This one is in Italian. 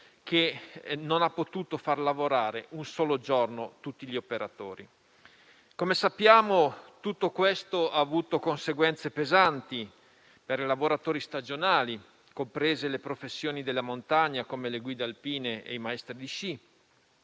che non ha potuto far lavorare un solo giorno tutti gli operatori. Come sappiamo, tutto questo ha avuto conseguenze pesanti per i lavoratori stagionali, comprese le professioni della montagna, come le guide alpine e i maestri di sci,